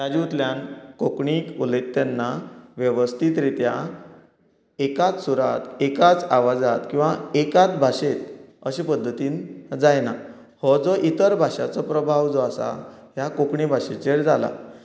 ताज्या उतल्यान कोंकणीक उलयता तेन्ना वेवस्थीत रित्यां एकाच सुरांत किंवां एकाच आवाजांत किंवां एकाच भाशेंत अशें पध्दतीन जायना हो जो इतर भाशाचो प्रभाव जो आसा ह्या कोंकणी भाशेचेर जाला